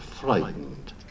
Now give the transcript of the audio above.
frightened